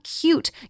cute